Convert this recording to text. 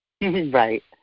Right